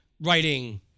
writing